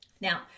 Now